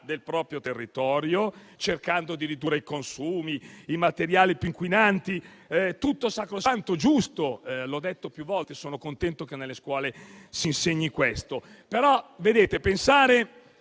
del proprio territorio, cercando di ridurre i consumi e i materiali più inquinanti: è tutto sacrosanto, giusto e ho detto più volte che sono contento che nelle scuole si insegni questo. Però, vedete, non